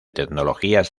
tecnologías